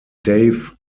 dave